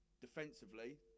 Defensively